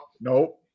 Nope